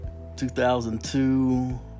2002